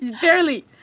barely